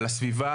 על הסביבה,